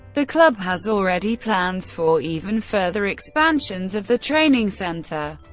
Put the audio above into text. the club has already plans for even further expansions of the training center.